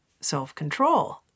self-control